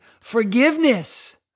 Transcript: forgiveness